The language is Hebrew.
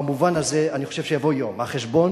במובן הזה אני חושב שיבוא יום החשבון,